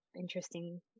interesting